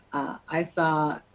i saw